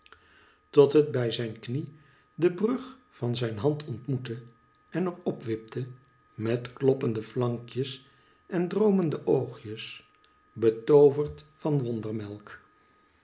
tot het bij zijn knie de brug van zijn hand ontmoette en er dp wipte met kloppendeflankjes en droomende oogjes betooverd van wondermelk